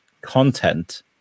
content